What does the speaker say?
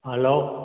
hello